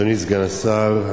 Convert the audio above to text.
אדוני סגן השר,